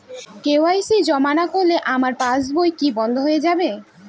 KYC জমা না করলে আমার পাসবই কি বন্ধ হয়ে যাবে?